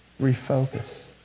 refocus